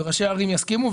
וראשי ערים יסכימו,